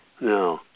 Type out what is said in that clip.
No